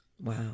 Wow